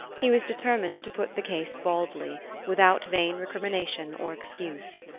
he was determined to put the case baldly, without vain recrimination or excuse.